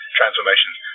transformations